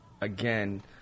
again